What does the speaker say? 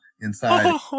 inside